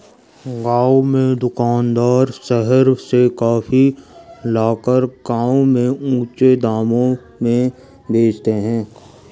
गांव के दुकानदार शहर से कॉफी लाकर गांव में ऊंचे दाम में बेचते हैं